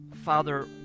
father